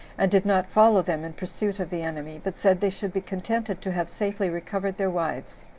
and did not follow them in pursuit of the enemy, but said they should be contented to have safely recovered their wives